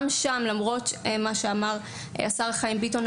למרות מה שאמר השר חיים ביטון,